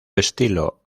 estilo